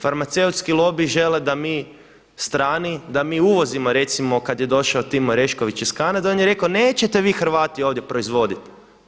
Farmaceutski lobiji žele da mi strani, da mi uvozimo recimo kad je došao Tim Orešković iz Kanade, on je rekao nećete vi Hrvati ovdje proizvoditi.